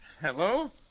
Hello